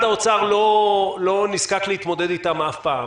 האוצר לא נזקק להתמודד אתם אף פעם,